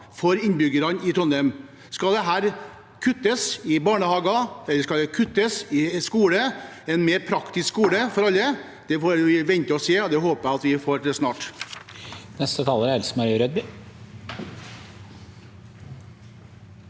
for innbyggerne i Trondheim. Skal det kuttes i barnehager, eller skal det kuttes i en mer praktisk skole for alle? Det får vi vente og se, og det håper jeg at vi får se snart.